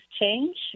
change